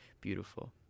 beautiful